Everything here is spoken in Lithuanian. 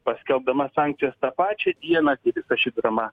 paskelbdama sankcijas tą pačią dieną kai visa ši drama